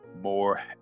more